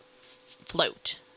Float